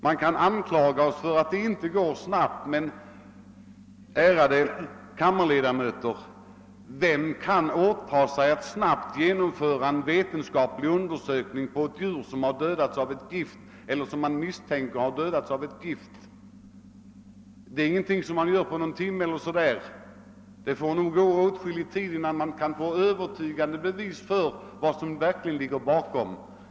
Man kan anklaga oss för att arbetet inte går snabbt, men — ärade kammarledamöter — vem kan åta sig att snabbt genomföra en vetenskaplig undersökning på ett djur som man misstänker har dött av gift? Det är ingen undersökning som man klarar på en timme eller så, utan det tar åtskillig tid innan man kan få övertygande bevis för vad som verkligen ligger bakom.